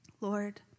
Lord